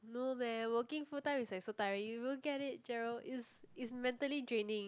no leh working full time is like so tiring you don't get it Gerald it's it's mentally draining